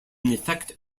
effect